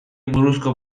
buruzko